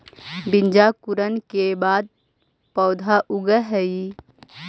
बीजांकुरण के बाद पौधा उगऽ हइ